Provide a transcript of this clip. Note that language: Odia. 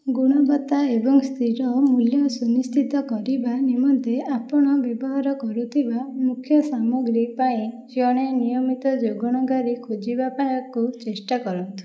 ଗୁଣବତ୍ତା ଏବଂ ସ୍ଥିର ମୂଲ୍ୟ ସୁନିଶ୍ଚିତ କରିବା ନିମନ୍ତେ ଆପଣ ବ୍ୟବହାର କରୁଥିବା ମୁଖ୍ୟ ସାମଗ୍ରୀ ପାଇଁ ଜଣେ ନିୟମିତ ଯୋଗାଣକାରୀ ଖୋଜି ପାଇବାକୁ ଚେଷ୍ଟା କରନ୍ତୁ